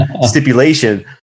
stipulation